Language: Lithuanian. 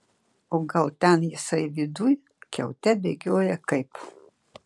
o gal ten jisai viduj kiaute bėgioja kaip